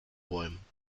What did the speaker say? bäumen